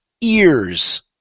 ears